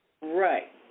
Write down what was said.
Right